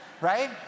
Right